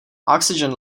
oxygen